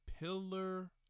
pillar